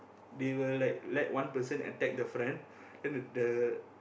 they will like let one person attack the friend then the